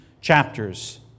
chapters